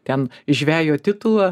ten žvejo titulą